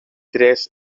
tres